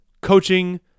coaching